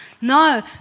No